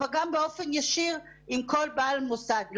אבל גם באופן ישיר עם כל בעל מוסד.